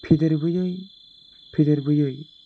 फेदेरबोयै फेदेरबोयै